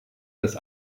das